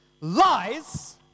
Lies